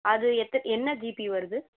அது என்ன ஜிபி வருது